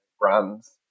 brands